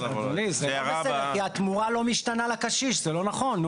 זה לא בסדר כי התמורה לא משתנה לקשיש, זה לא נכון.